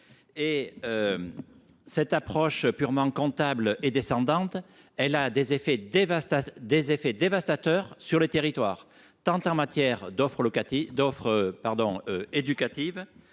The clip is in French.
Cette approche purement comptable et descendante a des effets dévastateurs sur les territoires, tant en matière d’offre éducative